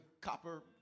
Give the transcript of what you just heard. copper